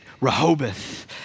Rehoboth